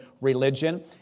religion